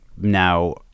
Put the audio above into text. Now